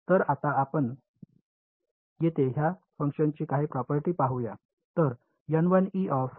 तर आता आपण येथे ह्या फंक्शनची काही प्रॉपर्टी पाहू या